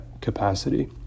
capacity